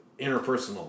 interpersonal